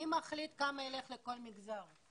מי מחליט כמה יילך לכל מגזר?